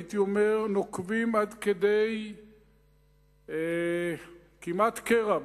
הייתי אומר נוקבים עד כדי כמעט קרע,